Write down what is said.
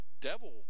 devil